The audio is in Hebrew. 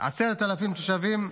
10,000 תושבים,